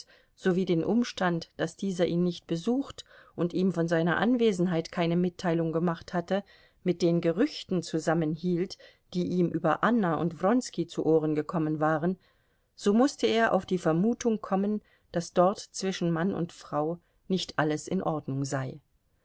sowie den umstand daß dieser ihn nicht besucht und ihm von seiner anwesenheit keine mitteilung gemacht hatte mit den gerüchten zusammenhielt die ihm über anna und wronski zu ohren gekommen waren so mußte er auf die vermutung kommen daß dort zwischen mann und frau nicht alles in ordnung sei